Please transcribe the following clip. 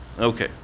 okay